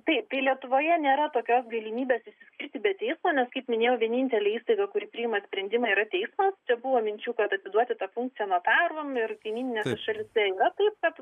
taip tai lietuvoje nėra tokios galimybės išsiskirti be teismo nes kaip minėjau vienintelė įstaiga kuri priima sprendimą yra teismas čia buvo minčių kad atiduoti tą funkciją notaram ir kaimyninėse šalyse yra taip kad